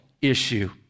issue